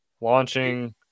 launching